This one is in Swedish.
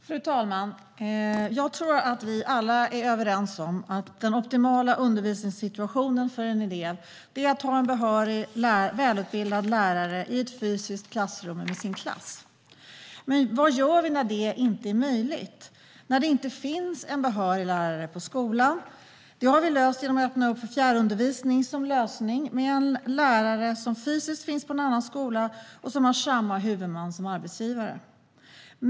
Fru talman! Jag tror att vi alla är överens om att den optimala undervisningssituationen är en behörig, välutbildad lärare i ett fysiskt klassrum med sin klass. Men vad gör vi när det inte är möjligt, när det inte finns en behörig lärare på skolan? Det har vi löst genom att öppna för fjärrundervisning som lösning, med en lärare som fysiskt finns på en annan skola och som har samma huvudman som arbetsgivare.